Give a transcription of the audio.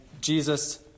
Jesus